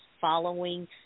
following